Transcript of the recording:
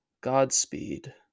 Godspeed